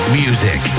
music